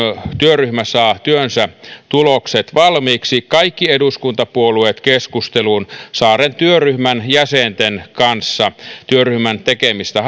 työryhmä saa työnsä tulokset valmiiksi kaikki eduskuntapuolueet keskusteluun saaren työryhmän jäsenten kanssa työryhmän tekemistä